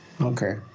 Okay